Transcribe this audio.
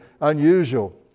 unusual